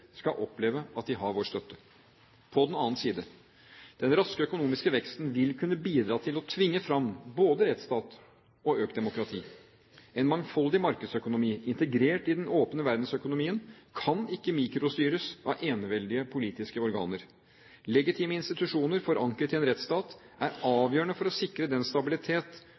skal oppleve at de har vår støtte. På den annen side: Den raske økonomiske veksten vil kunne bidra til å tvinge fram både rettsstat og økt demokrati. En mangfoldig markedsøkonomi, integrert i den åpne verdensøkonomien, kan ikke mikrostyres av eneveldige politiske organer. Legitime institusjoner, forankret i en rettsstat, er avgjørende for å sikre den stabilitet